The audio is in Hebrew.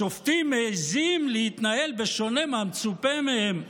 השופטים מעיזים להתנהל בשונה מהמצופה מהם?